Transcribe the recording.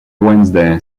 wednesday